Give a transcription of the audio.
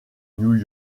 new